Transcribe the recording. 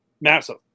Massive